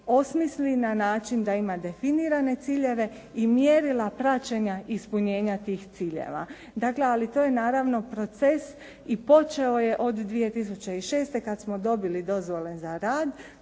osmisli na način da ima definirane ciljeve i mjerila praćenja ispunjenja tih ciljeva. Ali to je naravno proces i počeo je od 2006. kad smo dobili dozvole za rad.